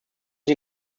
sie